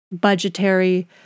budgetary